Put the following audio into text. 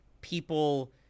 people